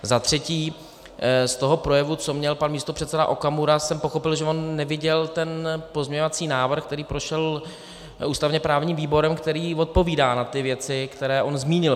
Za třetí, z toho projevu, co měl pan místopředseda Okamura, jsem pochopil, že on neviděl ten pozměňovací návrh, který prošel ústavněprávním výborem, který odpovídá na ty věci, které on zmínil.